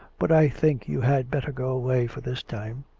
but i think you had better go away for this time.